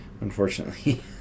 unfortunately